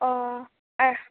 অঁ